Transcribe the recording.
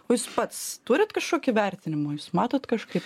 o jūs pats turit kažkokį vertinimą jūs matot kažkaip